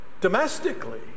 domestically